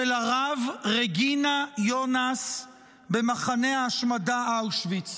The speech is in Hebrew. הרב רגינה יונאס במחנה ההשמדה אושוויץ.